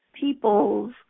people's